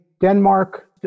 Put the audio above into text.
Denmark